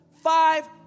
Five